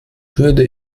würde